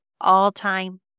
all-time